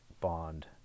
bond